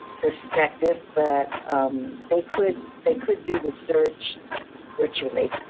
perspective, but they could they could do the search virtually.